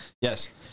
Yes